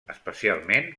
especialment